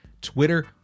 Twitter